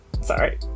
Sorry